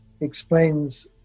explains